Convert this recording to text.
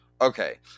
Okay